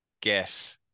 get